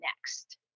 next